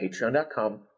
patreon.com